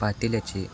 पातेल्याचे